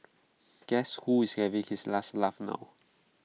guess who is having his last laugh now